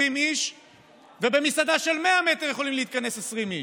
איש ובמסעדה של 100 מטר יכולים להתכנס 20 איש?